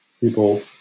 people